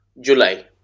july